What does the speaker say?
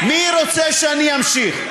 מי רוצה שאני אמשיך?